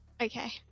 Okay